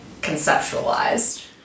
conceptualized